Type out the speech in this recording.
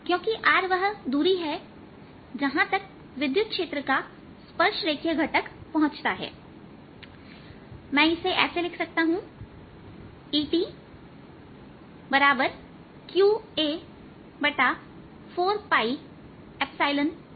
क्योंकि r वह दूरी है जहां तक विद्युत क्षेत्र का स्पर्श रेखीय घटक पहुंचता है और मैं इसे ऐसे लिख सकता हूं Et qa sin 40rc2